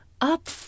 Up